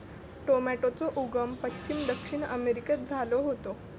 टॉमेटोचो उगम पश्चिम दक्षिण अमेरिकेत झालो होतो